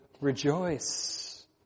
rejoice